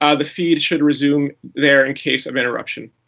ah the feed should resume there, in case of interruption.